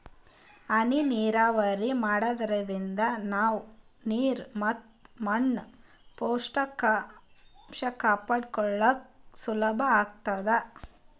ಹನಿ ನೀರಾವರಿ ಮಾಡಾದ್ರಿಂದ ನಾವ್ ನೀರ್ ಮತ್ ಮಣ್ಣಿನ್ ಪೋಷಕಾಂಷ ಕಾಪಾಡ್ಕೋಳಕ್ ಸುಲಭ್ ಆಗ್ತದಾ